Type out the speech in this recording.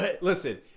listen